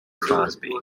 crosby